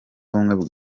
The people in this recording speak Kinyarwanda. ubumwe